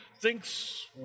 thinks